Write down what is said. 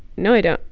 no, i don't?